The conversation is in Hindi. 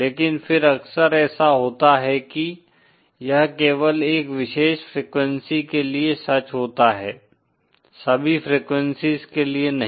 लेकिन फिर अक्सर ऐसा होता है कि यह केवल एक विशेष फ्रेक्वेंसी के लिए सच होता है सभी फ्रेक्वेंसीज़ के लिए नहीं